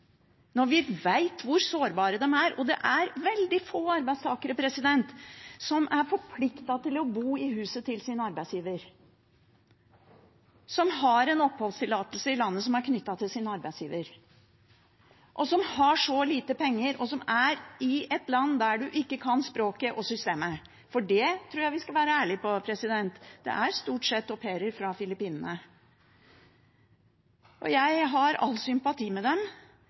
når vi vet hvor sårbare de er. Det er veldig få arbeidstakere som er forpliktet til å bo i sin arbeidsgivers hus, som har en oppholdstillatelse i landet som er knyttet til sin arbeidsgiver, og som har så lite penger og er i et land der man ikke kan språket og systemet. Jeg tror vi skal være ærlig på at det stort sett er au pairer fra Filippinene. Jeg har all sympati med dem,